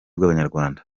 bw’abanyarwanda